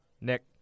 Nick